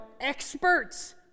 experts